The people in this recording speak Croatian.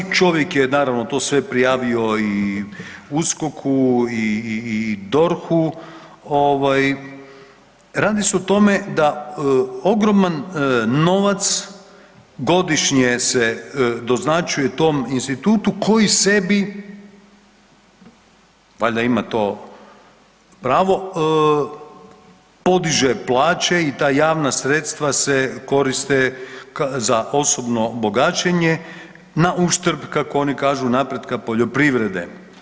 Čovjek je naravno to sve prijavio i USKOK-u i DORH-u ovaj, radi se o tome da ogroman novac godišnje se doznačuje tom institutu koji sebi valjda ima to pravo podiže pravo i ta javna sredstva se koriste za osobno bogaćenje na uštrb kako oni kažu napretka poljoprivrede.